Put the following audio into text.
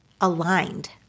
aligned